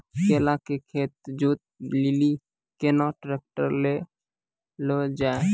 केला के खेत जोत लिली केना ट्रैक्टर ले लो जा?